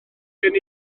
gen